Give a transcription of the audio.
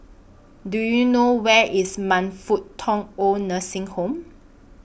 Do YOU know Where IS Man Fut Tong Oid Nursing Home